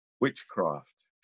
witchcraft